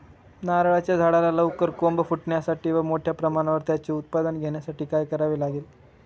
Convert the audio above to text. नारळाच्या झाडाला लवकर कोंब फुटण्यासाठी व मोठ्या प्रमाणावर त्याचे उत्पादन घेण्यासाठी काय करावे लागेल?